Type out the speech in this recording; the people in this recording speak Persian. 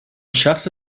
شخص